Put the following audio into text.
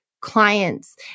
clients